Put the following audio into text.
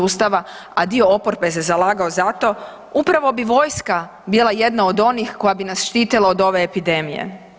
Ustava, a dio oporbe se dio zalagao za to, upravo bi vojska bila jedna od onih koja bi nas štitila od ove epidemije.